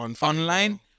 online